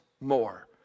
more